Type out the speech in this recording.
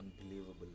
unbelievable